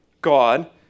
God